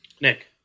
Nick